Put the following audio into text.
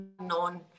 known